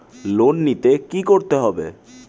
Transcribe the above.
Loan নিতে কী করতে হবে?